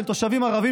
של תושבים ערבים